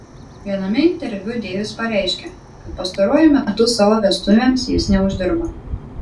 viename interviu deivis pareiškė kad pastaruoju metu savo vestuvėms jis neuždirba